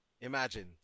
Imagine